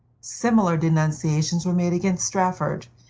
similar denunciations were made against strafford,